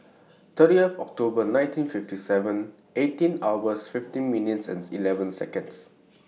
thirtieth October nineteen fifty seven eight hours fifteen minutes eleven Seconds